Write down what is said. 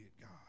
God